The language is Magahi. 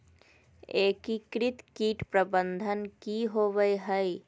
एकीकृत कीट प्रबंधन की होवय हैय?